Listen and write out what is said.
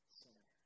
sinner